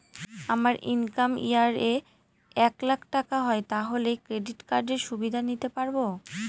আমার income year এ এক লাক টাকা হয় তাহলে ক্রেডিট কার্ড এর সুবিধা নিতে পারবো?